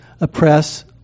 oppress